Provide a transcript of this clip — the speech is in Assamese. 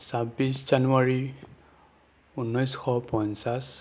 ছাব্বিছ জানুৱাৰী ঊনৈছশ পঞ্চাছ